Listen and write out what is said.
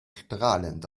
strahlend